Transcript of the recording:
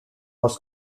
was